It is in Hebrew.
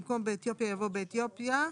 במקום "באתיופיה" יבוא "באתיופיה,